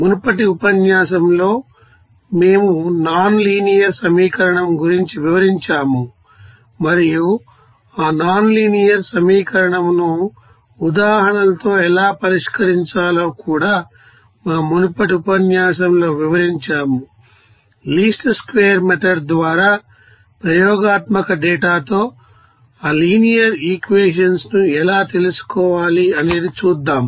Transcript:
మునుపటి ఉపన్యాసంలో మేము నాన్ లీనియర్ సమీకరణం గురించి వివరించాము మరియు ఆ నాన్ లీనియర్ సమీకరణమును ఉదాహరణలతో ఎలా పరిష్కరించాలో కూడా మా మునుపటి ఉపన్యాసంలో వివరించాములీస్ట్ స్క్వేర్ మెథడ్ ద్వారా ప్రయోగాత్మక డేటాతో ఆ లినియర్ ఈక్వేషన్స్ ఎలా తెలుసుకోవాలి అనేది చూద్దాం